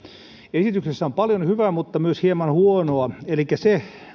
esityksessä on paljon hyvää mutta myös hieman huonoa elikkä se